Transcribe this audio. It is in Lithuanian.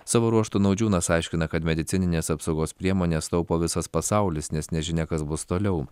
savo ruožtu naudžiūnas aiškina kad medicinines apsaugos priemones taupo visas pasaulis nes nežinia kas bus toliau